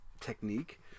technique